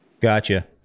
Gotcha